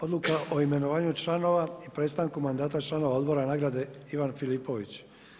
Odluka o imenovanju članova i prestanku mandata članova Odbora nagrade Ivan Filipović.